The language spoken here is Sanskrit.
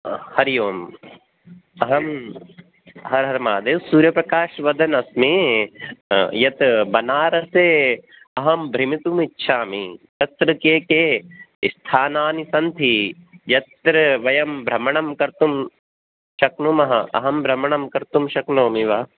हा हरि ओम् अहं हर हर् महादेव् सूर्यप्रकाश् वदन्नस्मि यत् बनारसे अहं भ्रमितुम् इच्छामि तत्र के के स्थानानि सन्ति यत्र वयं भ्रमणं कर्तुं शक्नुमः अहं भ्रमणं कर्तुं शक्नोमि वा